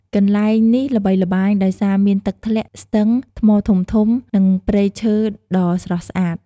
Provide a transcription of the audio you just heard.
កន្លែងនេះល្បីល្បាញដោយសារមានទឹកធ្លាក់ ស្ទឹង ថ្មធំៗ និងព្រៃឈើដ៏ស្រស់ស្អាត។